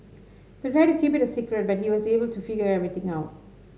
they tried to keep it a secret but he was able to figure everything out